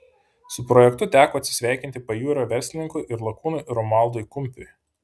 su projektu teko atsisveikinti pajūrio verslininkui ir lakūnui romualdui kumpiui